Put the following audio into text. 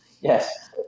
yes